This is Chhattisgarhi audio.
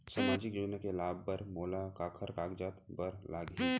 सामाजिक योजना के लाभ बर मोला काखर कागजात बर लागही?